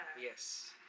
Yes